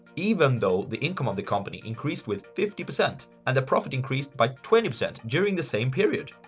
even though the income of the company increased with fifty percent and the profit increased by twenty percent during the same period.